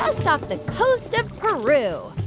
just off the coast of peru.